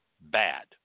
bad